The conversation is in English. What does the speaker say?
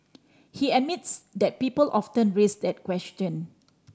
he admits that people often raise that question